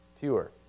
pure